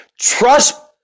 Trust